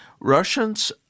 Russians